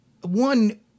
one